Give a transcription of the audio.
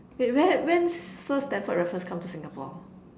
wait where when Sir-Stamford-Raffles come to Singapore